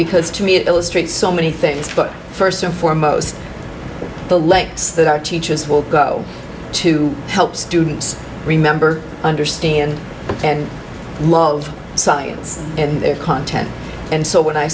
because to me it illustrates so many things but first and foremost the lengths that our teachers will go to help students remember understand and love and content and so when i